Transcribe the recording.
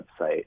website